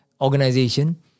organization